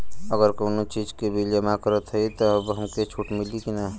अगर कउनो चीज़ के बिल जमा करत हई तब हमके छूट मिली कि ना?